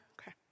Okay